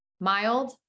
mild